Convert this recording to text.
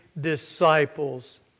disciples